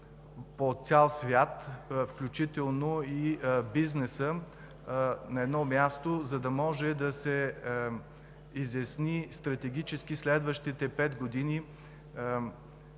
по цял свят, включително и бизнеса, на едно място, за да може да се изясни стратегически следващите пет години